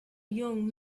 young